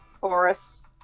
chorus